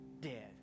dead